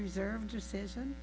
reserve decision